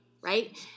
Right